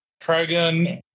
Trigon